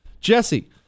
Jesse